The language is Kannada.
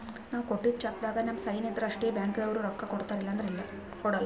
ನಾವ್ ಕೊಟ್ಟಿದ್ದ್ ಚೆಕ್ಕ್ದಾಗ್ ನಮ್ ಸೈನ್ ಇದ್ರ್ ಅಷ್ಟೇ ಬ್ಯಾಂಕ್ದವ್ರು ರೊಕ್ಕಾ ಕೊಡ್ತಾರ ಇಲ್ಲಂದ್ರ ಕೊಡಲ್ಲ